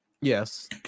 Yes